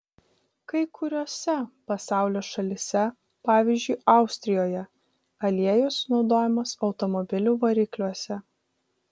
kai kuriose pasaulio šalyse pavyzdžiui austrijoje aliejus naudojamas automobilių varikliuose